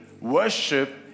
Worship